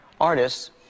artists